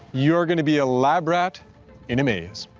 you're gonna be a lab rat in a maze.